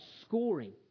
scoring